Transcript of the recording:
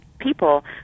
people